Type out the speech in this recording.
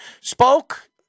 spoke